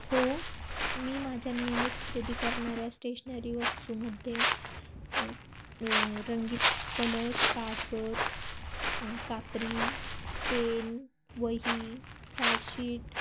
हो मी माझ्या नियमित खरेदी करणाऱ्या स्टेशनरी वस्तूमध्ये रंगीत कलर कागद कात्री पेन वही कार्टशीट